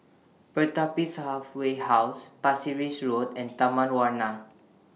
Pertapis Halfway House Pasir Ris Road and Taman Warna